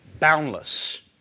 Boundless